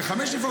ב-05:00,